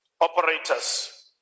operators